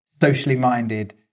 socially-minded